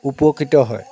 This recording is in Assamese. উপকৃত হয়